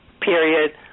period